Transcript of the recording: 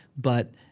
but,